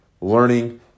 learning